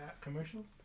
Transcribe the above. commercials